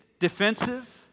defensive